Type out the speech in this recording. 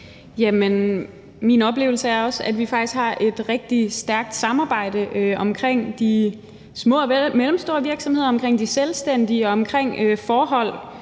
min oplevelse er også, at vi faktisk har et rigtig stærkt samarbejde omkring de små og mellemstore virksomheder og omkring de selvstændige og omkring forholdene